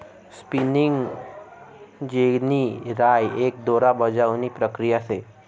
spinning जेनी राय एक दोरा बजावणी प्रक्रिया शे